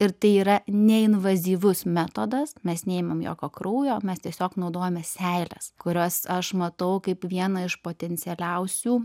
ir tai yra neinvazyvus metodas mes neimam jokio kraujo mes tiesiog naudojame seiles kurias aš matau kaip vieną iš potencialiausių